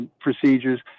procedures